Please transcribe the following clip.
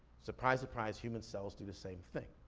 surprise, surprise, human cells do the same thing.